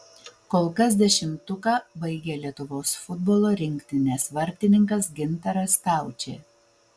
kol kas dešimtuką baigia lietuvos futbolo rinktinės vartininkas gintaras staučė